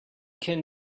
can